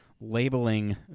labeling